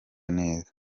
neza